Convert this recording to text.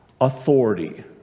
authority